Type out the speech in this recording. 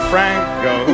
Franco